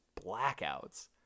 blackouts